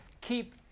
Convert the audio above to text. keep